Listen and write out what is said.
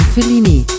Fellini